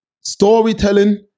storytelling